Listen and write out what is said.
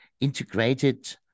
integrated